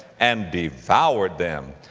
and devoured them.